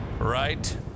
Right